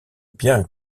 bien